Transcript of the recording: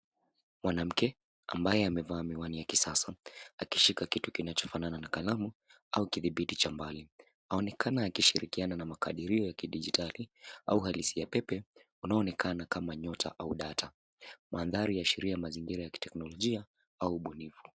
Mwanamke ambaye amevaa miwani ya kisasa akishika kitu kinachofanana na kalamu au kidhibiti cha mbali, aonekana akishirikina na makadirio ya kidijitali au uhalisia pepe unaoonekana kama nyota au data. mandhrai yaashiria mazingira ya kiteknolojia au ubunifu.